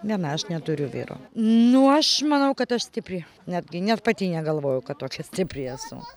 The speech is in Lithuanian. viena aš neturiu vyro nu aš manau kad aš stipri netgi net pati negalvojau kad tokia stipri esu